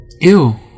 Ew